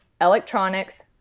electronics